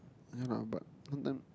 yeah lah but sometime